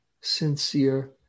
sincere